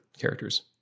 characters